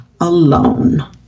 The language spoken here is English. alone